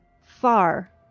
far